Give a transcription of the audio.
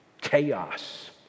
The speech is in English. chaos